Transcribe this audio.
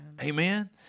Amen